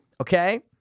okay